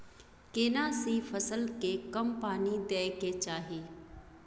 केना सी फसल के कम पानी दैय के चाही?